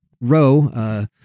row